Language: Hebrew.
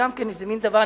זה גם כן איזה מין דבר.